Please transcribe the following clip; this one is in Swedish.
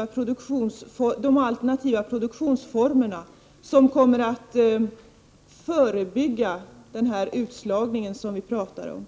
också alternativa produktionsformer som kommer att förebygga den utslagning som vi talar om.